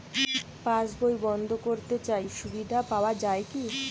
পাশ বই বন্দ করতে চাই সুবিধা পাওয়া যায় কি?